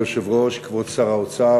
אדוני היושב-ראש, כבוד שר האוצר,